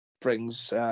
brings